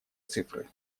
цифры